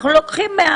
אנחנו לוקחים מ-